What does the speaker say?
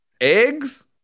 eggs